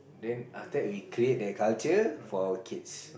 then after that we create the culture for our kids